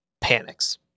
panics